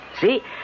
See